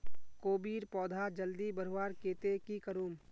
कोबीर पौधा जल्दी बढ़वार केते की करूम?